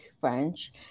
French